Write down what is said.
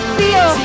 feel